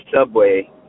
subway